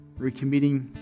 recommitting